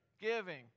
giving